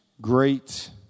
great